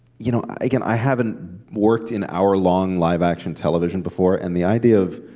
you know, again, i haven't worked in hour long live action television before. and the idea of